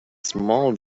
small